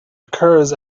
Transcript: occurs